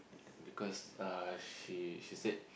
and because uh she she said